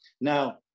Now